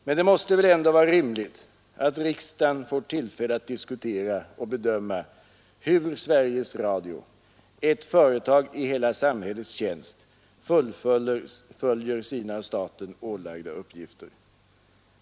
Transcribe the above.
Men det måste väl ändå vara rimligt att riksdagen får tillfälle att diskutera och bedöma hur Sveriges Radio, ett företag i hela samhällets tjänst, fullgör sina av staten ålagda uppgifter.